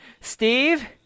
Steve